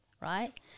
right